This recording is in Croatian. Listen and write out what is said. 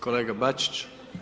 Kolega Bačić.